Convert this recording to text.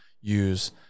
use